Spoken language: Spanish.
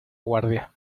guardia